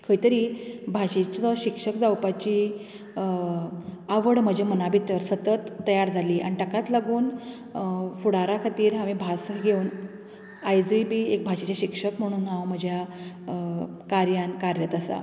खंयतरी भाशेचो शिक्षक जावपाची आवड म्हज्या मना भितर सतत तयार जाली आनी ताकाच लागून फुडारा खातीर हांवेन भास घेवून आयजूय बी एक भाशेचें शिक्षक म्हणुन हांव म्हज्या कार्यांत कार्यरत आसा